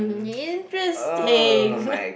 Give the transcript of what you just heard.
interesting